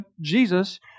Jesus